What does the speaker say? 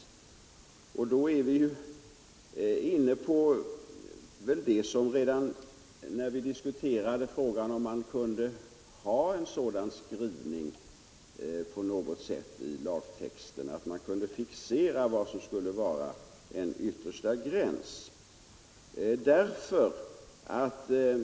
Därmed är vi inne på det som vi diskuterade redan i samband med lagtextens utformning, nämligen om skrivningen i lagtexten kunde göras sådan, att man där på något sätt fixerade vad som skulle vara en yttersta gräns.